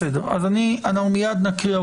מיד נקרא,